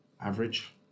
average